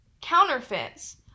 counterfeits